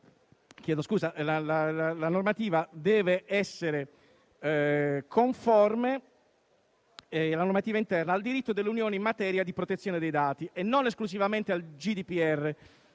la normativa interna deve essere "conforme al diritto dell'Unione in materia di protezione dei dati", e non esclusivamente al GDPR;